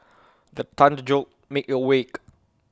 the thunder jolt me awake